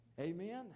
Amen